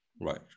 right